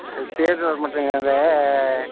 அது பேயர் வர மாட்டேங்குது அது